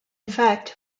fact